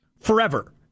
forever